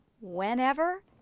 whenever